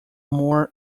more